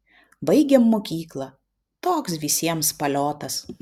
baigėm mokyklą toks visiems paliotas